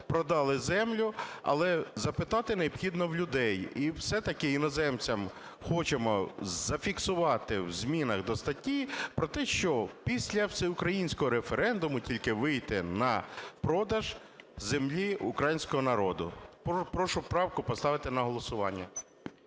продали землю. Але запитати необхідно в людей. І все-таки іноземцям, хочемо зафіксувати в змінах до статті про те, що після всеукраїнського референдуму тільки вийти на продаж землі українського народу. Прошу правку поставити на голосування.